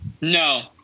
No